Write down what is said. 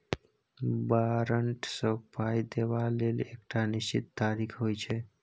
बारंट सँ पाइ देबा लेल एकटा निश्चित तारीख होइ छै